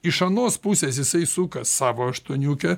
iš anos pusės jisai suka savo aštuoniukę